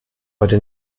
heute